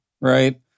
right